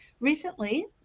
recently